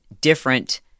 different